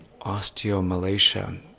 osteomalacia